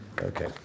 Okay